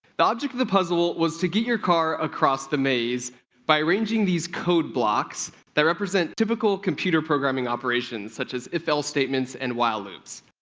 the object of the puzzle was to get your car across the maze by arranging these code blocks that represent typical computer programming operations, such as if-else statements and while loops.